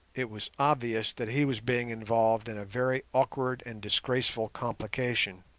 it was obvious that he was being involved in a very awkward and disgraceful complication.